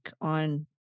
on